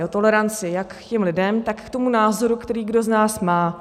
O toleranci jak k těm lidem, tak k tomu názoru, který kdo z nás má.